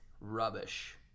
rubbish